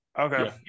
Okay